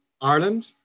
Ireland